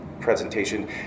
presentation